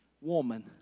woman